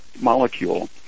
molecule